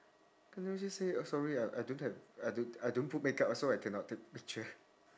can I just say oh sorry I I don't have I don't I don't put makeup so I cannot take picture